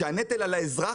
כשהנטל על האזרח,